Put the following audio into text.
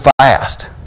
fast